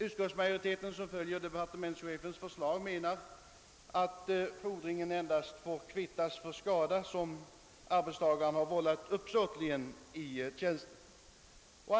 Utskottsmajoriteten menar liksom departementschefen att fordringen endast får kvittas mot skada som arbetstagaren har vållat uppsåtligen i tjänsten.